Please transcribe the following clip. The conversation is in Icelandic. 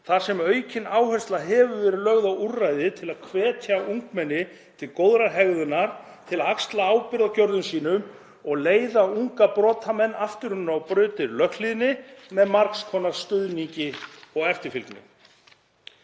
þar sem aukin áhersla hefur verið lögð á úrræði til að hvetja ungmenni til góðrar hegðunar, til að axla ábyrgð á gjörðum sínum og leiða unga brotamenn aftur inn á brautir löghlýðni með margs konar stuðningi og eftirfylgni.